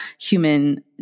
human